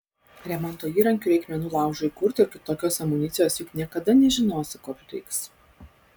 remonto įrankių reikmenų laužui įkurti ir kitokios amunicijos juk niekada nežinosi ko prireiks